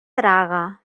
traga